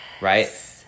right